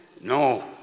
No